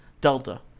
Delta